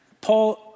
Paul